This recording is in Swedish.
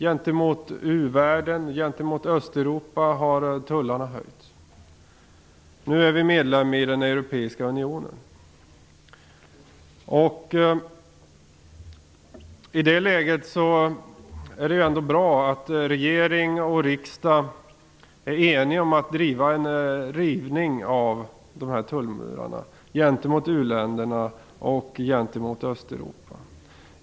Gentemot u-världen och gentemot Östeuropa har tullarna höjts. Nu är vi medlemmar i den europeiska unionen. I det läget är det ändå bra att regering och riksdag är eniga om att driva frågan om en rivning av tullmurarna gentemot u-länderna och gentemot Östeuropa.